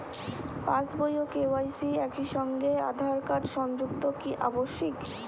পাশ বই ও কে.ওয়াই.সি একই সঙ্গে আঁধার কার্ড সংযুক্ত কি আবশিক?